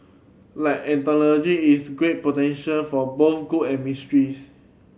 like an technology it's great potential for both good and